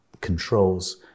controls